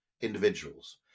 individuals